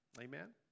amen